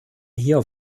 hier